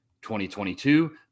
2022